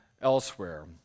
elsewhere